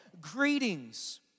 Greetings